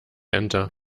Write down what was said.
enter